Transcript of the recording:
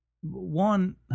One